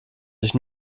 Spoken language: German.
sich